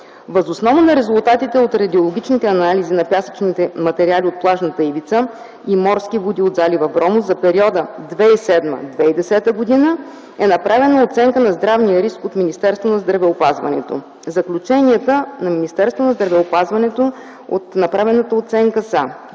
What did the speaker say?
Въз основа на резултатите от радиологичните анализи на пясъчните материали от плажната ивица и морски води от залива Вромос за периода 2007-2010 г. е направена оценка на здравния риск от Министерство на здравеопазването. Заключенията на Министерството на здравеопазването от направената оценка са: